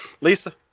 Lisa